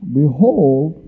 behold